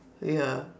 ya